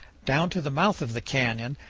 down to the mouth of the canyon,